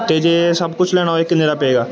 ਅਤੇ ਜੇ ਸਭ ਕੁਛ ਲੈਣ ਹੋਵੇ ਕਿੰਨੇ ਦਾ ਪਵੇਗਾ